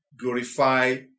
glorify